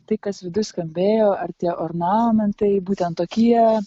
tai kas viduj skambėjo ar tie ornamentai būtent tokie